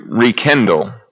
rekindle